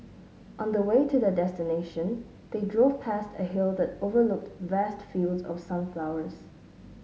on the way to their destination they drove past a hill that overlooked vast fields of sunflowers